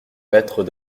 mètres